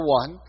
one